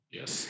Yes